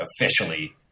officially